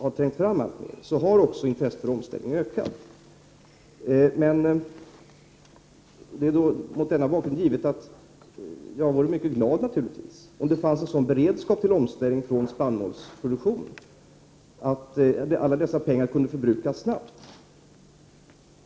Mot denna bakgrund är det givet att jag vore mycket glad om det fanns beredskap till en omställning från spannmålsproduktion och att alla dessa pengar kunde förbrukas snabbt.